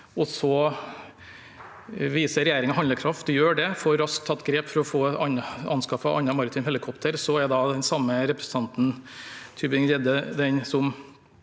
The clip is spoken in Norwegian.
og så viser regjeringen handlekraft og gjør det – får raskt tatt grep for å få anskaffet et annet maritimt helikopter – og da er den samme representanten, Tybring-Gjedde, den